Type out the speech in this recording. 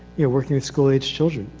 you know, working with school-age children.